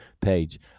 page